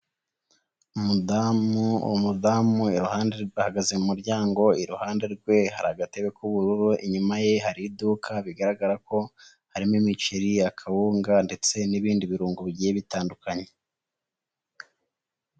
Umudamu, umudamu iruhande yahagaze mu muryango, iruhande rwe hari agatebe k'ubururu, inyuma ye hari iduka bigaragara ko harimo imiceri ya kawunga ndetse n'ibindi birungo bigiye bitandukanye.